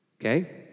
Okay